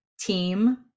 team